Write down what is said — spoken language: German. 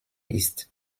ist